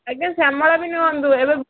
ଆଜ୍ଞା ଶ୍ୟାମଳା ବି ନିଅନ୍ତୁ ଏବେ